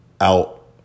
out